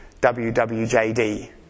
WWJD